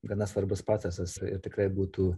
gana svarbus procesas ir tikrai būtų